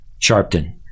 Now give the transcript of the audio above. Sharpton